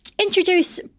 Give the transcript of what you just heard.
introduce